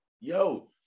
Yo